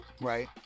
Right